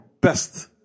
best